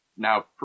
Now